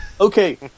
Okay